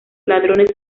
ladrones